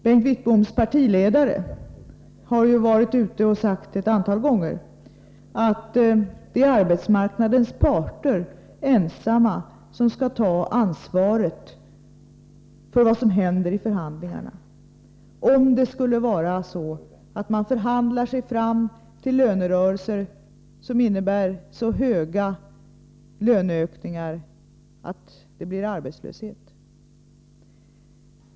Bengt Wittboms partiledare har ett antal gånger varit ute och sagt att arbetsmarknadens parter ensamma skall ta ansvaret för vad som händer vid förhandlingarna, om parterna förhandlar sig fram till avtal som innebär så höga löneökningar att det leder till arbetslöshet.